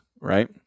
right